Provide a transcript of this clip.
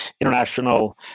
international